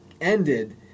ended